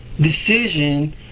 decision